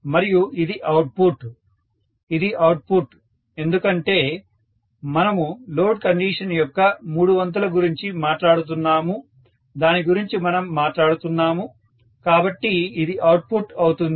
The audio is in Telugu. మరియు ఇది అవుట్పుట్ ఇది అవుట్పుట్ ఎందుకంటే మనము లోడ్ కండిషన్ యొక్క మూడు వంతుల గురించి మాట్లాడుతున్నాము దాని గురించి మనం మాట్లాడుతున్నాము కాబట్టి అది అవుట్పుట్ అవుతుంది